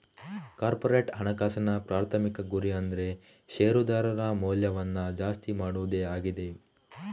corporate ಹಣಕಾಸಿನ ಪ್ರಾಥಮಿಕ ಗುರಿ ಅಂದ್ರೆ ಶೇರುದಾರರ ಮೌಲ್ಯವನ್ನ ಜಾಸ್ತಿ ಮಾಡುದೇ ಆಗಿದೆ